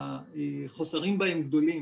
והחוסרים בה הם גדולים.